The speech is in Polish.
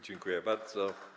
Dziękuję bardzo.